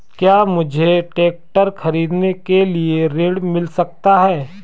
क्या मुझे ट्रैक्टर खरीदने के लिए ऋण मिल सकता है?